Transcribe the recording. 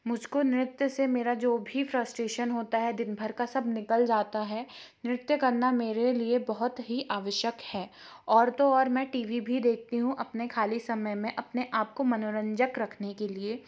मुझको नृत्य से मेरा जो भी फ्रस्ट्रेशन होता है दिनभर का सब निकल जाता है नृत्य करना मेरे लिए बहुत ही आवश्यक है और तो और मैं टी वी भी देखती हूँ अपने खाली समय में अपने आपको मनोरंजक रखने के लिए